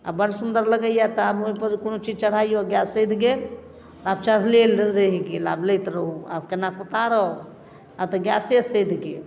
आओर बड़ सुन्दर लगैए तऽ आब ओहिपर कोनो चीज चढ़ाइओ गैस सधि गेल तऽ आब चढ़ले रहि गेल आब लैत रहू आब कोनाकऽ उतारब आब तऽ गैसे सधि गेल